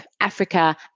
Africa